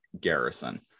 Garrison